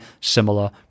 similar